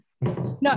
no